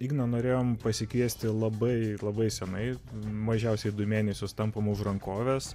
igną norėjom pasikviesti labai labai senai mažiausiai du mėnesius tampom už rankovės